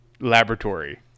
laboratory